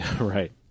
Right